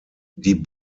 die